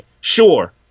sure